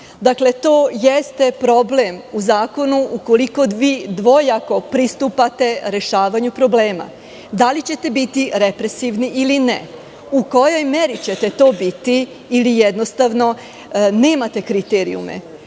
to jeste problem u zakonu ukoliko dvojako pristupate rešavanju problema, da li ćete biti represivni ili ne, u kojoj meri ćete to biti ili, jednostavno, nemate kriterijume?